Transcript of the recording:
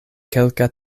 kelka